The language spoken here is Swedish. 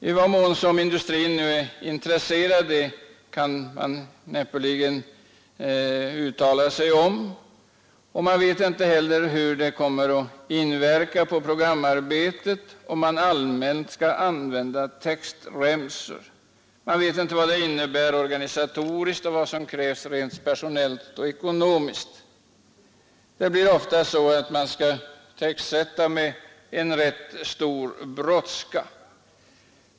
I vad mån industrin i det fallet är intresserad kan jag inte uttala mig om. Inte heller vet man hur det kommer att inverka på programarbetet, om textremsor skulle användas allmänt. Man vet inte vad det innebär organisatoriskt eller vad det skulle kräva personellt och ekonomiskt. Ofta får man ju textsätta med mycket stor brådska.